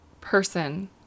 person